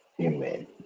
Amen